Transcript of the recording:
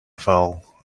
fell